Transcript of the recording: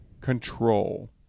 control